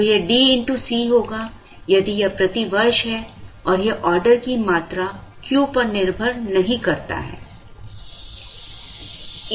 तो यह D x C होगा यदि यह प्रति वर्ष है और यह ऑर्डर की मात्रा Q पर निर्भर नहीं करता है